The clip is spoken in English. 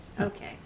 Okay